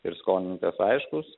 ir skolininkas aiškus